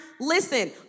listen